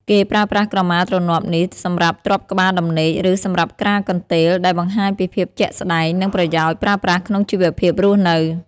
គេប្រើប្រាស់ក្រមាទ្រនាប់នេះ សម្រាប់ទ្រាប់ក្បាលដំណេក ឬសម្រាប់ក្រាលកន្ទេល ដែលបង្ហាញពីភាពជាក់ស្តែង និងប្រយោជន៍ប្រើប្រាស់ក្នុងជីវភាពរស់នៅ។